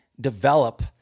develop